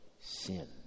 sin